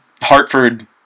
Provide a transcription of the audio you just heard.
Hartford